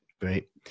Great